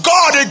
God